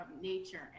nature